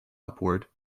upward